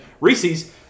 Reese's